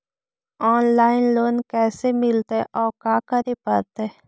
Online loan कैसे मिलतै औ का करे पड़तै?